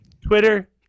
Twitter